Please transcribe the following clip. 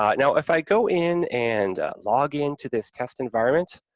um now, if i go in and log into this test environment,